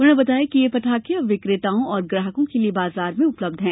उन्होंने बताया कि ये पटाखे अब विक्रेताओं और ग्राहकों के लिए बाजार में उपलब्ध हैं